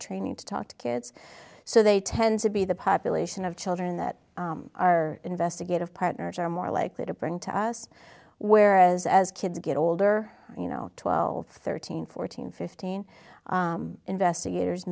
training to talk to kids so they tend to be the population of children that our investigative partners are more likely to bring to us whereas as kids get older you know twelve thirteen fourteen fifteen investigators